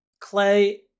Clay